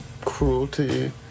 cruelty